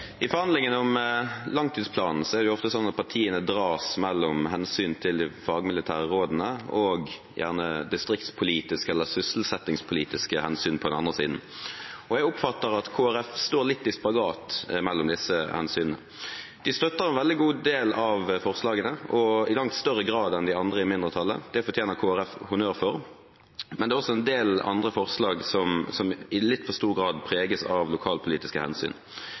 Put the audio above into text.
I forhandlingene om langtidsplanen er det ofte slik at partiene dras mellom hensynet til de fagmilitære rådene og gjerne distriktspolitiske eller sysselsettingspolitiske hensyn på den andre siden. Jeg oppfatter det slik at Kristelig Folkeparti står litt i spagat mellom disse hensynene. De støtter en god del av forslagene – og i langt større grad enn de andre i mindretallet. Det fortjener Kristelig Folkeparti honnør for. Men det er også en del andre forslag, som i litt for stor grad preges av lokalpolitiske hensyn.